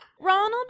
Ronald